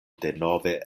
denove